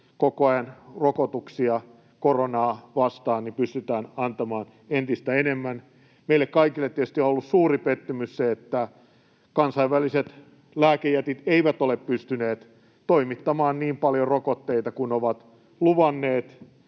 koko ajan rokotuksia koronaa vastaan pystytään antamaan entistä enemmän. Meille kaikille tietysti on ollut suuri pettymys se, että kansainväliset lääkejätit eivät ole pystyneet toimittamaan niin paljon rokotteita kuin ne ovat luvanneet